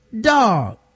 Dog